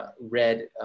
read